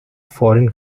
foreign